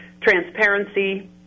transparency